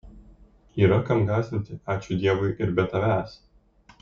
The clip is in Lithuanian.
yra kam gąsdinti ačiū dievui ir be tavęs